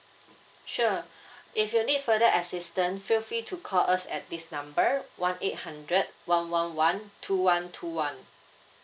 sure if you need further assistant feel free to call us at this number one eight hundred one one one two one two one